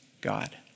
God